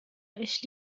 ich